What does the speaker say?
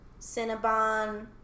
Cinnabon